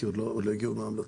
כי עוד לא הגיעו עם ההמלצות.